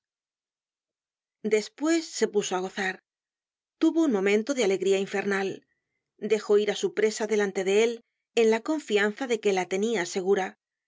despues se puso á gozar tuvo un momento de alegría infernal dejó ir á su presa delante de él en la confianza de que la tenia segura